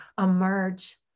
emerge